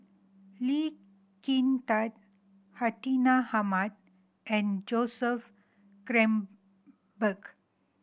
Lee Kin Tat Hartinah Ahmad and Joseph Grimberg